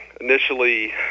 Initially